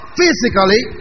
physically